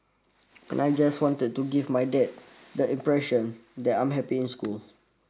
and I just wanted to give my dad the impression that I'm happy in school